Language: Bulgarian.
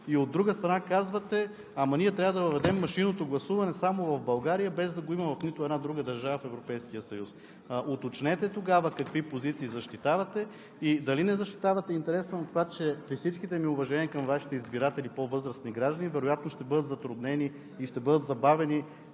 и, от друга страна, казвате, че ние трябва да въведем машинното гласуване само в България, без да го има в нито една друга държава в Европейския съюз. Уточнете тогава какви позиции защитавате и дали не защитавате интереса на това – при всичките ми уважения към Вашите избиратели по-възрастни граждани, които вероятно ще бъдат затруднени и ще бъдат забавени,